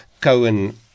Cohen